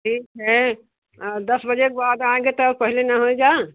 ठीक है दस बजे के बाद आएँगे तो और पहले ना होएगा